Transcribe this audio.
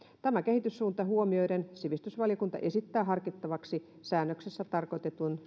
tämä kehityssuunta huomioiden sivistysvaliokunta esittää harkittavaksi säännöksessä tarkoitetun